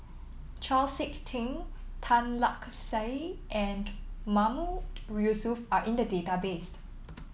Chau SiK Ting Tan Lark Sye and Mahmood Yusof are in the database